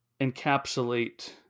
encapsulate